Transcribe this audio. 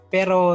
Pero